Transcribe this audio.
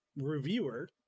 reviewer